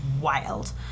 wild